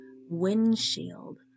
windshield